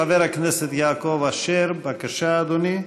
חבר הכנסת יעקב אשר, בבקשה, אדוני.